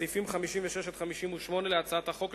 סעיפים 56 58 להצעת החוק,